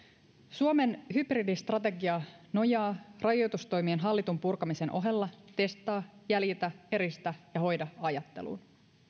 suomen hybridistrategia nojaa rajoitustoimien hallitun purkamisen ohella testaa jäljitä eristä ja hoida ajatteluun